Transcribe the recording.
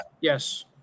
Yes